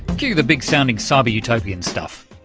cue the big-sounding cyber utopian stuff,